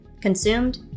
consumed